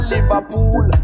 Liverpool